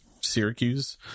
Syracuse